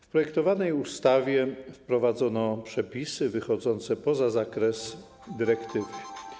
W projektowanej ustawie wprowadzano przepisy wychodzące poza zakres dyrektywy.